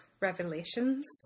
revelations